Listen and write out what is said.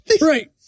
right